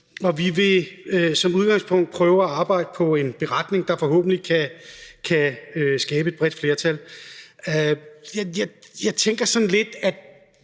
Vi vil som udgangspunkt prøve at arbejde på en beretning, der forhåbentlig kan samle et bredt flertal. Jeg tænker sådan lidt,